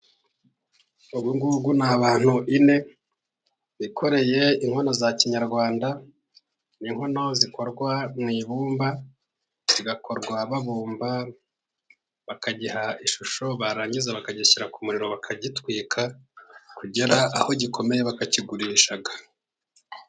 Ubu aba ni abantu bane bikoreye inkono za kinyarwanda. Ni inikono zikorwa mu ibumba. Zigakorwa babumba bakagiha ishusho ,barangiza bakagishyira ku muriro bakagitwika kugera aho gikomeye bakakigurisha.